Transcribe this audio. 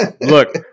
look